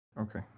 Okay